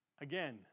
Again